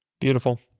Beautiful